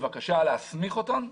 בבקשה להסמיך אותם.